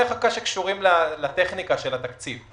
שקשורים לטכניקה של התקציב.